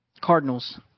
Cardinals